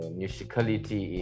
musicality